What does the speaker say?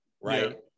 Right